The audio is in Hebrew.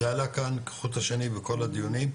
זה עלה כאן כחוט השני בכל הדיונים,